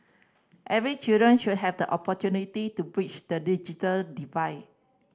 every children should have the opportunity to bridge the digital divide